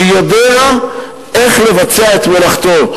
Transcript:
יודע איך לבצע את מלאכתו.